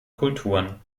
kulturen